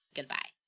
Goodbye